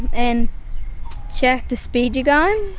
and check the speed you're going.